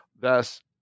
Thus